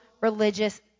religious